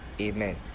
Amen